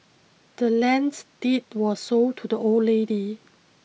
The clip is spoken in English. the land's deed was sold to the old lady